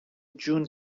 جون